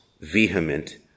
vehement